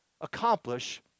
accomplish